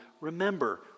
remember